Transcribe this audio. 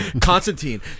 Constantine